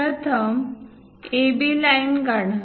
प्रथम AB line काढा